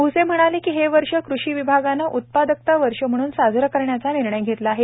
भूसे म्हणाले की हे वर्ष कृषी विभागाने उत्पादकता वर्ष म्हणून साजरा करण्याचा निर्णय घेतला आहे